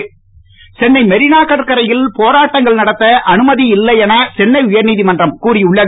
மெரினா சென்னை மெரினா கடற்கரையில் போராட்டங்கள் நடத்த அனுமதியில்லை என சென்னை உயர்நீதிமன்றம் கூறி உள்ளது